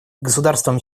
государствам